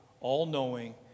all-knowing